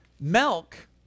Milk